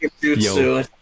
yo